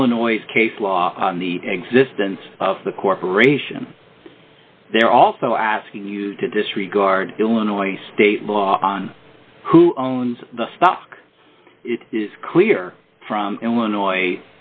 illinois case law on the existence of the corporation they're also asking you to disregard illinois state law on who owns the stock it is clear from illinois